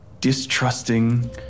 Distrusting